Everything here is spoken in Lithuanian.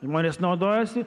žmonės naudojasi